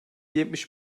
yetmiş